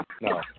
No